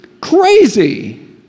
crazy